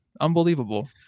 Unbelievable